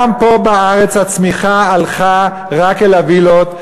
גם פה בארץ הצמיחה הלכה רק אל הווילות,